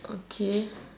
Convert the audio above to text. okay